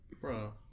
Bro